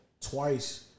twice